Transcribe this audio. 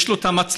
יש לו את המצלמה,